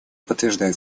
подтверждает